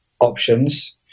options